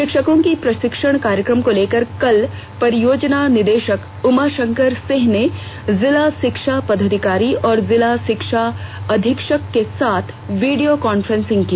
शिक्षकों के प्रशिक्षण कार्यक्रम को लेकर कल परियोजना निदेशक उमाशंकर सिंह ने जिला शिक्षा पदाधिकारी और जिला शिक्षा अधीक्षक के साथ वीडियो कॉन्फ्रेंसिंग की